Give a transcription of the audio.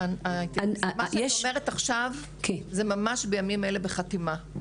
מה שאני אומרת עכשיו זה ממש בימים אלה בחתימה.